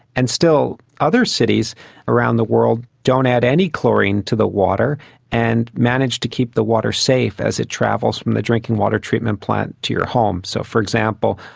and still other cities around the world don't add any chlorine to the water and manage to keep the water safe as it travels from the drinking water treatment plant to your home. so, for example,